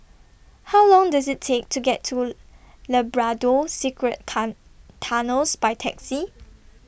How Long Does IT Take to get to Labrador Secret Tunnels By Taxi